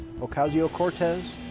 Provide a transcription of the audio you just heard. Ocasio-Cortez